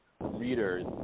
readers